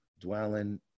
dwelling